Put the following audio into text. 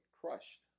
crushed